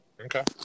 Okay